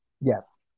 Yes